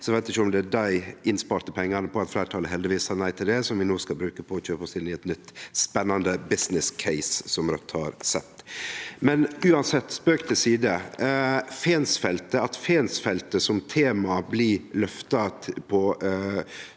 Eg veit ikkje om det er dei innsparte pengane – fordi fleirtalet heldigvis sa nei til det – som vi no skal bruke på å kjøpe oss inn i eit nytt spennande «business case», som Raudt har sett. Men uansett, spøk til side: At Fensfeltet som tema blir løfta på